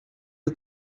you